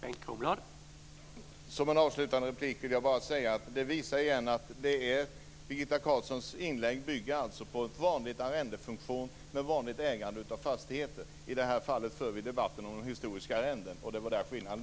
Herr talman! Som en avslutande replik vill jag säga att detta visar att det Birgitta Carlsson tar upp i sitt inlägg bygger på en vanlig arrendefunktion med ett vanligt ägande av fastigheten. I det här fallet för vi en debatt om historiska arrenden. Det är skillnaden.